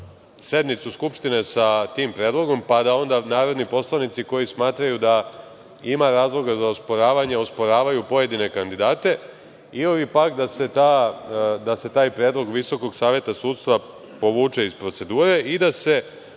sednicu Skupštine sa tim predlogom, pa da onda narodni poslanici koji smatraju da ima razloga za osporavanje, osporavaju pojedine kandidate ili pak da se taj predlog Visokog saveta sudstva povuče iz procedure i da se